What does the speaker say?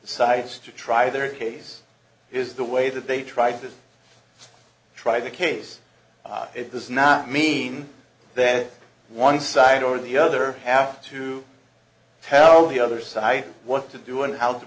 decides to try their case is the way that they tried to try the case it does not mean that one side or the other have to tell the other side what to do and how to